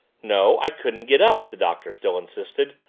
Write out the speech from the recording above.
no, i couldn't get up! the doctor still insisted,